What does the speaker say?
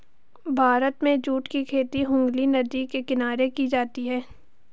भारत में जूट की खेती हुगली नदी के किनारे की जाती है